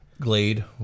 Glade